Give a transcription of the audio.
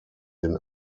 den